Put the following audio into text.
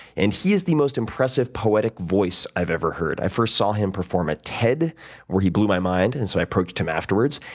and he is the most impressive poetic voice i've ever heard. i first saw him perform at ted where he blew my mind, and so i approached him afterwards.